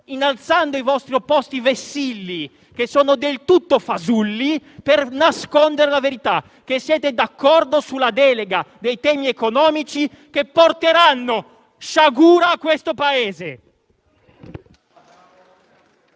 innalzando i vostri opposti vessilli, che sono del tutto fasulli, per nascondere la verità: siete d'accordo sulla delega dei temi economici che porteranno sciagura al Paese.